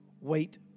Wait